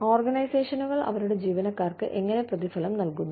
ഓർഗനൈസേഷനുകൾ അവരുടെ ജീവനക്കാർക്ക് എങ്ങനെ പ്രതിഫലം നൽകുന്നു